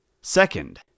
Second